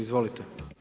Izvolite.